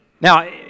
Now